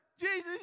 Jesus